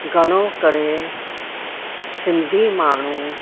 घणो करे सिंधी माण्हू